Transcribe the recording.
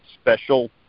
special